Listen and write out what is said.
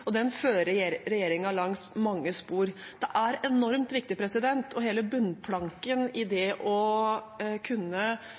og den kampen fører regjeringen langs mange spor. Det er enormt viktig. Hele bunnplanken i det